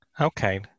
Okay